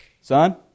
son